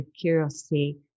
curiosity